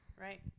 Right